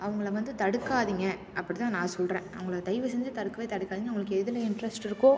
அவங்கள வந்து தடுக்காதீங்க அப்படி தான் நான் சொல்கிறேன் அவங்கள தயவு செஞ்சு தடுக்கவே தடுக்காதீங்க அவங்களுக்கு எதில் இன்ட்ரெஸ்ட் இருக்கோ